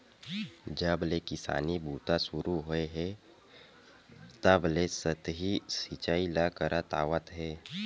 जब ले किसानी बूता सुरू होए हे तब ले सतही सिचई ल करत आवत हे